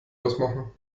ausmachen